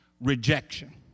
rejection